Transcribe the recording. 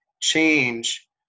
change